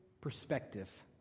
perspective